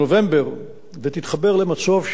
ותתחבר למצוף שנמצא מול החוף,